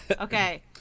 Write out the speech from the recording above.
Okay